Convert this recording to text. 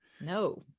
No